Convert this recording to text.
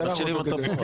משאירים אותו פה.